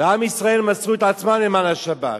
ועם ישראל מסרו את עצמם למען השבת.